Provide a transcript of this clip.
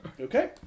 Okay